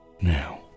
Now